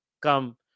come